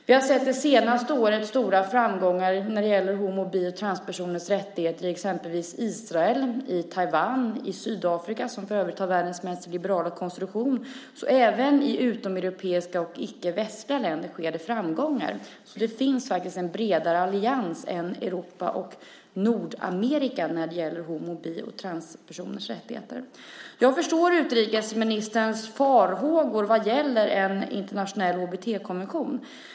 Under det senaste året har vi sett stora framgångar när det gäller homo och bisexuellas och transpersoners rättigheter i exempelvis Israel, Taiwan och Sydafrika, som för övrigt har världens mest liberala konstitution, så även i utomeuropeiska och icke västliga länder sker det framgångar. Det finns faktiskt en bredare allians än Europa och Nordamerika när det gäller homo och bisexuellas och transpersoners rättigheter. Jag förstår utrikesministerns farhågor vad gäller en internationell HBT-konvention.